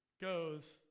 goes